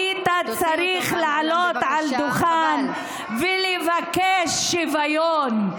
לא היית צריך לעלות על הדוכן ולבקש שוויון.